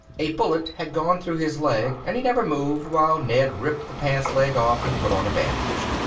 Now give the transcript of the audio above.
a bullet had gone through his leg and he never moved while ned ripped the pants leg off and put on a bandage.